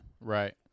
right